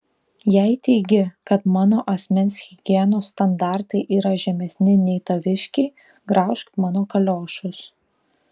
jei teigi kad mano asmens higienos standartai yra žemesni nei taviškiai graužk mano kaliošus